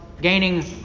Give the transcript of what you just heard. gaining